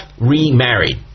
remarried